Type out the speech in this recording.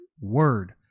word